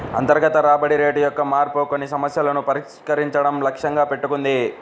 అంతర్గత రాబడి రేటు యొక్క మార్పు కొన్ని సమస్యలను పరిష్కరించడం లక్ష్యంగా పెట్టుకుంది